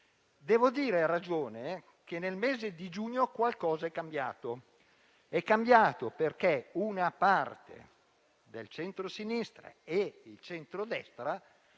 Devo dire, a ragione, che nel mese di giugno qualcosa è cambiato perché una parte del centro sinistra e del centro destra